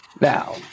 Now